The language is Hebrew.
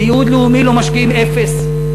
לייעוד לאומי לא משקיעים אפס.